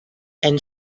and